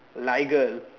lager